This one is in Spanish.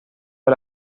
del